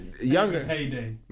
Younger